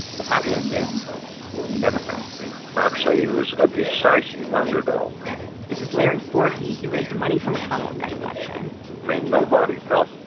the popular kids were democrats i'd say he was a decisive underdog this is larry forgy. he raised money for mcconnell in that election i mean, nobody thought,